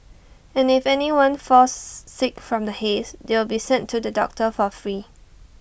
and if anyone falls sick from the haze they will be sent to the doctor for free